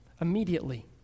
immediately